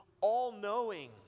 all-knowing